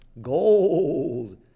Gold